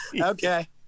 Okay